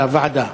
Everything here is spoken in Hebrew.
ההצעה להעביר את